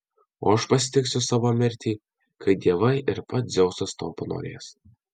o aš pasitiksiu savo mirtį kai dievai ir pats dzeusas to panorės